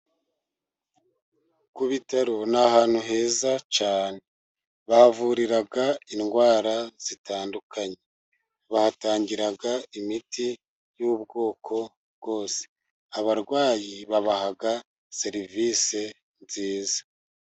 Ku bitero ni ahantu heza cyane. Bahavurira indwara zitandukanye Bahatangira imiti y'ubwoko bwose. Abarwayi babaha serivisi nziza.